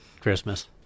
christmas